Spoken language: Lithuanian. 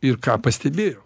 ir ką pastebėjau